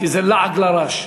כי זה לעג לרש.